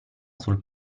sul